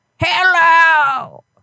Hello